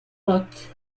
parc